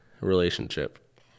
relationship